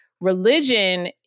Religion